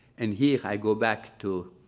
and here i go back to